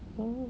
oh